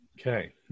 Okay